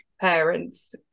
parents